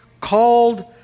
called